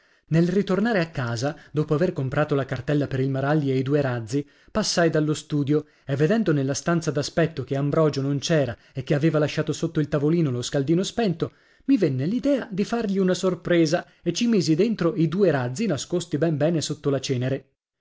nel ritornare a casa dopo aver comprato la cartella per il maralli e i due razzi passai dallo studio e vedendo nella stanza d'aspetto che ambrogio non c'era e che aveva lasciato sotto il tavolino lo scaldino spento mi venne l'idea di fargli una sorpresa e gli ci misi dentro i due razzi nascosti ben bene sotto la cenere